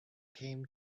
came